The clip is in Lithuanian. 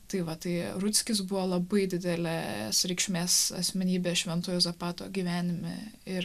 tai va tai rutskis buvo labai didelės reikšmes asmenybė švento juozapato gyvenime ir